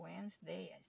wednesday